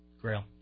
grail